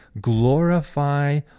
glorify